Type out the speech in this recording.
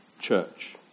church